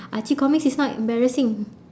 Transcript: archie comics is not embarrassing